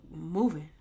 moving